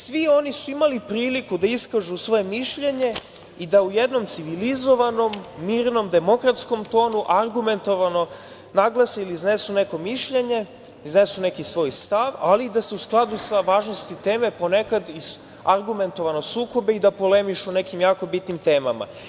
Svi oni su imali priliku da iskažu svoje mišljenje i da u jednom civilizovanom, mirnom, demokratskom tonu argumentovano naglase ili iznesu neko mišljenje, iznesu neki svoj stav, ali da se u skladu sa važnosti teme ponekad i argumentovano sukobe i polemišu o nekim jako bitnim temama.